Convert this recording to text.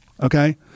Okay